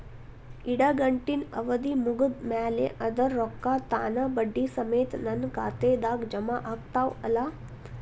ಇಡಗಂಟಿನ್ ಅವಧಿ ಮುಗದ್ ಮ್ಯಾಲೆ ಅದರ ರೊಕ್ಕಾ ತಾನ ಬಡ್ಡಿ ಸಮೇತ ನನ್ನ ಖಾತೆದಾಗ್ ಜಮಾ ಆಗ್ತಾವ್ ಅಲಾ?